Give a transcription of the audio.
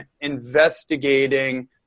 investigating